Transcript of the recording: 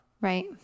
Right